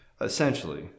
essentially